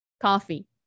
Coffee